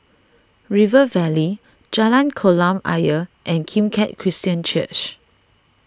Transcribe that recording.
River Valley Jalan Kolam Ayer and Kim Keat Christian Church